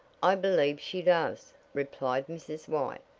i believe she does, replied mrs. white,